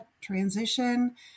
transition